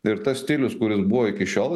ir tas stilius kuris buvo iki šiol